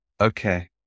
Okay